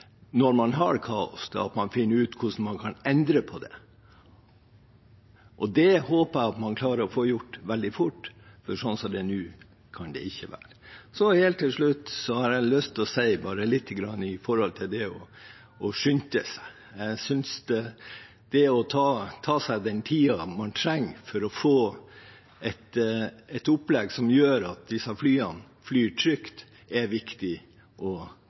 når det er kaos, er å finne ut hvordan man kan endre på det, og det håper jeg at man klarer å få gjort veldig fort, for sånn som det er nå, kan det ikke være. Helt til slutt har jeg lyst til å si bare lite grann om det å skynde seg. Jeg synes det å ta seg den tiden man trenger for å få et opplegg som gjør at disse flyene flyr trygt, er viktig. Vi har sett hvordan det kan gå når man setter i gang prosjekter for ferjer og